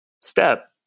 step